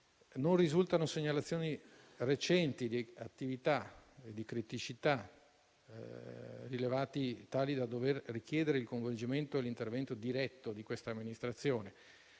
non risultano segnalazioni recenti di attività e criticità rilevate, tali da dover richiedere il coinvolgimento e l'intervento diretto di questa amministrazione,